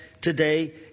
today